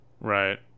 Right